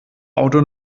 auto